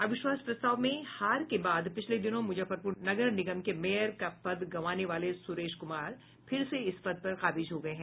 अविश्वास प्रस्ताव में हार के बाद पिछले दिनों मुजफ्फरपुर नगर निगम के मेयर का पद गंवाने वाले सुरेश कुमार फिर से इस पद पर काबिज हो गये हैं